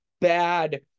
bad